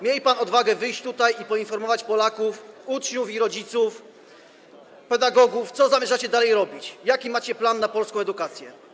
Miej pan odwagę wyjść tutaj i poinformować Polaków, uczniów i rodziców, pedagogów, co zamierzacie dalej robić, jaki macie plan na polską edukację.